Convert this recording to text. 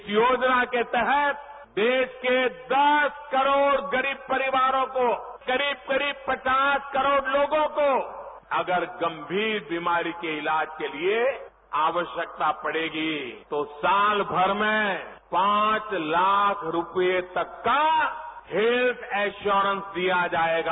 इस योजना के तहत देश के दस करोड़ गरीब परिवारों को करीब करीब पचास करोड़ लोगों को अगर गंभीर बीमारी के इलाज के लिए आवश्यकता पड़ेगी तो सालभर में पांच लाख रूपये तक का हेल्थ इंश्योरेंश दिया जाएगा